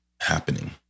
happening